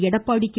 Edappadi K